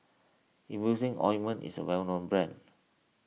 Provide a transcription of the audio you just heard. Emulsying Ointment is a well known brand